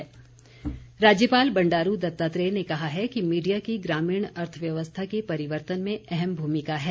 राज्यपाल राज्यपाल बंडारू दत्तात्रेय ने कहा है कि मीडिया की ग्रामीण अर्थव्यवस्था के परिवर्तन में अहम भूमिका हैं